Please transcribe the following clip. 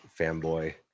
fanboy